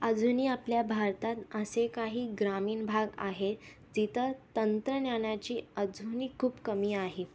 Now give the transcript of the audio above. अजूनही आपल्या भारतात असे काही ग्रामीण भाग आहे जिथं तंत्रज्ञानाची अजूनही खूप कमी आहे